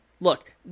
look